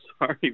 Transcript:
sorry